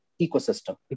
ecosystem